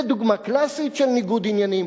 זו דוגמה קלאסית של ניגוד עניינים.